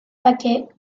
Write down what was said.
paquets